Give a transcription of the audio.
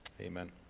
Amen